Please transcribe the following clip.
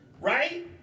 right